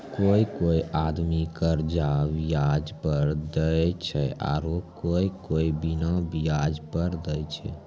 कोय कोय आदमी कर्जा बियाज पर देय छै आरू कोय कोय बिना बियाज पर देय छै